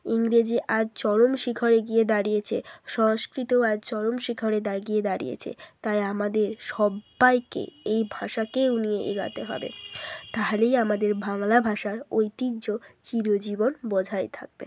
ইংরেজি আজ চরম শিখরে গিয়ে দাঁড়িয়েছে সংস্কৃতও আজ চরম শিখরে গিয়ে দাঁড়িয়েছে তাই আমাদের সব্বাইকে এই ভাষাকেও নিয়ে এগোতে হবে তাহলেই আমাদের বাংলা ভাষার ঐতিহ্য চিরজীবন বজায় থাকবে